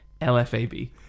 lfab